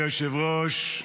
אדוני היושב-ראש,